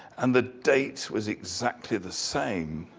and the dates was exactly the same.